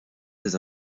des